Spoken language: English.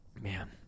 Man